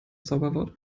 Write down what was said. zauberwort